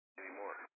anymore